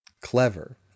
Clever